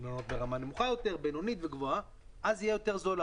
ויהיו כל מיני רמות, אז יהיה יותר זול.